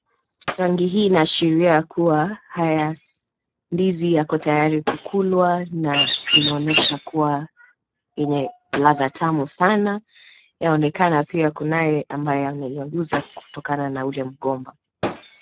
Rangi hii inaashiria kuwa haya ndizi yako tayari kukulwa na inaonyesha kuwa yenye ladha tamu sana. Yaonekana pia kunaye ambayo ameyauza kutokana na ule mgomba.